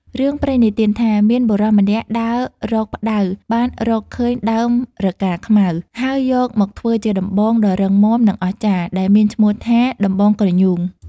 រឿងព្រេងនិទានថា មានបុរសម្នាក់ដើររកផ្តៅបានរកឃើញដើមរកាខ្មៅ ហើយយកមកធ្វើជាដំបងដ៏រឹងមាំនិងអស្ចារ្យ ដែលមានឈ្មោះថា "ដំបងក្រញូង" ។